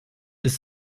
ist